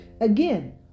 Again